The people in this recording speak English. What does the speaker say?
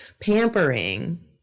pampering